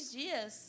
dias